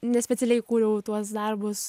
nespecialiai kūriau tuos darbus